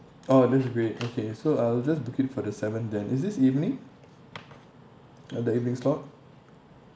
oh that's great okay so I'll just book it for the seventh then is this evening uh the evening slot